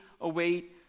await